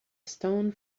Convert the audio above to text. stone